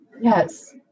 yes